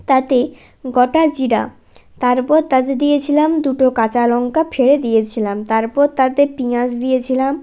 তাতে গোটা জিরা তারপর তাতে দিয়েছিলাম দুটো কাঁচা লঙ্কা ফেলে দিয়েছিলাম তারপর তাতে পেঁয়াজ দিয়েছিলাম